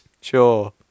Sure